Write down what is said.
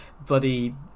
bloody